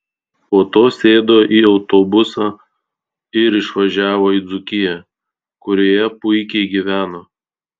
po to sėdo į autobusą ir išvažiavo į dzūkiją kurioje puikiai gyveno